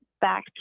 back